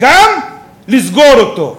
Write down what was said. לסגור אותו.